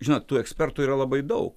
žinot tų ekspertų yra labai daug